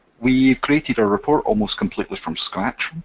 we created our report almost completely from scratch,